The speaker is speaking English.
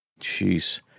Jeez